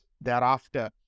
thereafter